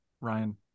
Ryan